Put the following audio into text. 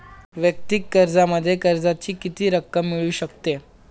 वैयक्तिक कर्जामध्ये कर्जाची किती रक्कम मिळू शकते?